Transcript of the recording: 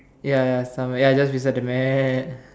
ya ya somewhere ya just beside the mat